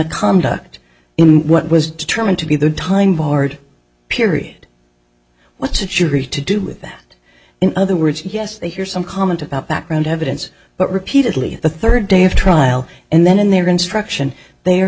conduct in what was determined to be the time barred period what's a jury to do with that in other words yes they hear some comment about background evidence but repeatedly the third day of trial and then in their instruction they